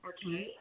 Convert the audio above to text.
Okay